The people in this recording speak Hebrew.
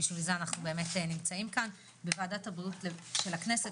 בשביל זה אנחנו נמצאים כאן בוועדת הבריאות של הכנסת